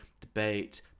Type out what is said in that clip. debate